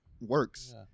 works